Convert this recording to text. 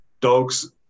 dogs